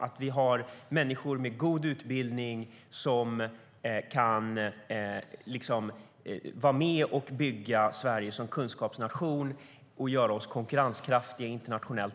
Vi måste ha människor med god utbildning som kan vara med och bygga Sverige som kunskapsnation och göra oss konkurrenskraftiga internationellt.